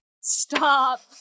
Stop